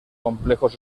complejos